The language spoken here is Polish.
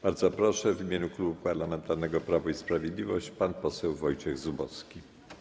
Bardzo proszę, w imieniu Klubu Parlamentarnego Prawo i Sprawiedliwość pan poseł Wojciech Zubowski.